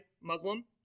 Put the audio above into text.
Muslim